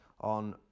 on